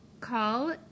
Call